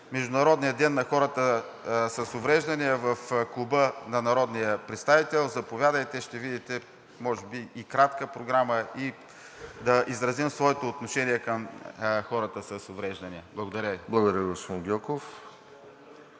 Международния ден на хората с увреждания в Клуба на народния представител. Заповядайте, ще видите може би и кратка програма, да изразим своето отношение към хората с увреждания. Благодаря Ви.